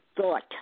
Thought